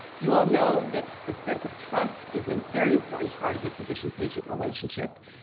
you all know that the sense of trust is a very important part of the physician-patient relationship,